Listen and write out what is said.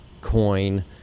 coin